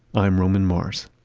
i'm roman mars